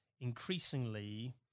increasingly